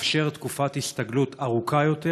לאפשר תקופת הסתגלות ארוכה יותר,